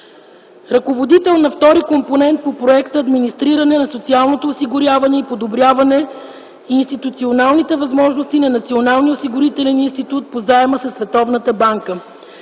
Ръководител на втори компонент по проекта „Администриране на социалното осигуряване и подобряване институционалните възможности на Националния осигурителен институт” по заема със Световната банка.